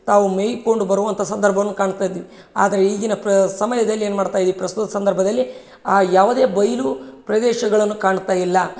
ತಾವು ಮೇಯ್ಕೊಂಡು ಬರುವಂಥ ಸಂದರ್ಭವನ್ನು ಕಾಣ್ತಾ ಇದ್ದೀವಿ ಆದರೆ ಈಗಿನ ಪ್ರ ಸಮಯದಲ್ಲಿ ಏನ್ಮಾಡ್ತಾ ಇದಿ ಪ್ರಸ್ತುತ ಸಂದರ್ಭದಲ್ಲಿ ಆ ಯಾವುದೇ ಬಯಲು ಪ್ರದೇಶಗಳನ್ನು ಕಾಣ್ತಾ ಇಲ್ಲ